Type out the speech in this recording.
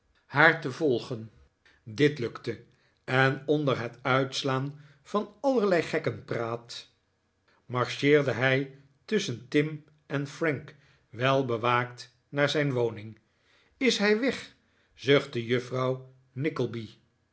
haar te volgen dit lukte en onder het uitslaan van allerlei gekkenpraat marcheerde hij tusschen tim en frank welbewaakt naar zijn woning is hij weg zuchtte iuffrouw nickleby